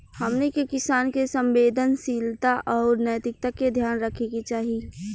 हमनी के किसान के संवेदनशीलता आउर नैतिकता के ध्यान रखे के चाही